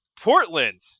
Portland